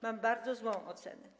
Mam bardzo złą ocenę.